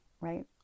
right